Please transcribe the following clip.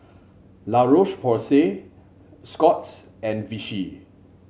La Roche Porsay Scott's and Vichy